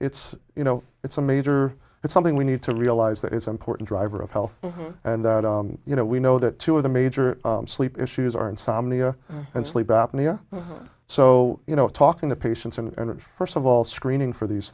it's you know it's a major it's something we need to realize that it's important driver of health and you know we know that two of the major sleep issues are insomnia and sleep apnea so you know talking to patients and first of all screening for these